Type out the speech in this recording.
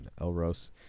Elros